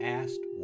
asked